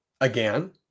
again